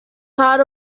part